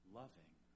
loving